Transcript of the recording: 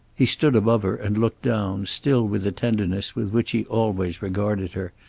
he stood above her, and looked down, still with the tenderness with which he always regarded her,